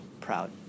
proud